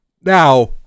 now